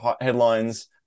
headlines